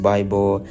Bible